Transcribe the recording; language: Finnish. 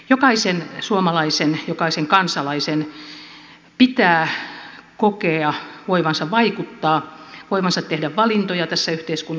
jokaisen suomalaisen jokaisen kansalaisen pitää kokea voivansa vaikuttaa voivansa tehdä valintoja tässä yhteiskunnassa ja ottaa myös vastuuta